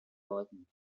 bottom